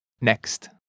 Next